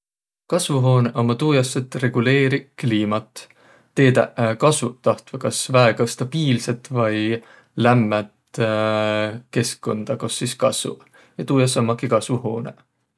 Kasvohuunõq ummaq tuu jaos, et reguliiriq kliimat. Teedäq kasvuq tahtvaq kas väega stabiilset vai lämmind keskkunda, kos sis kassuq ja tuu jaos ummakiq kasvohuunõq.